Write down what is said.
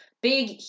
Big